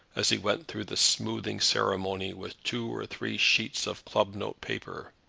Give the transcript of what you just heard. as he went through the smoothing ceremony with two or three sheets of club notepaper.